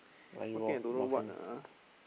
don't know what ah